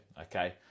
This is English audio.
okay